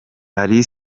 ally